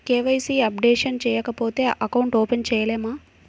KYC updation చేయకపోతే account open చేయలేమా?